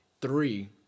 three